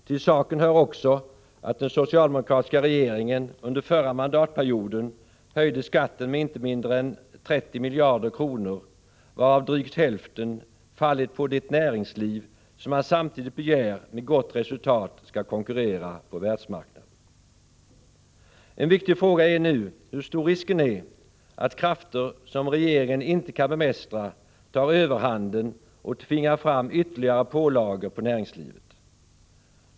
Till saken hör också att den socialdemokratiska regeringen under förra mandatperioden höjde skatten med inte mindre än 30 miljarder kronor, varav drygt hälften fallit på det näringsliv av vilket man samtidigt begär att det med gott resultat skall konkurrera på världsmarknaden. En viktig fråga är nu hur stor risken är att krafter som regeringen inte kan bemästra tar överhanden och tvingar fram ytterligare pålagor på näringslivet.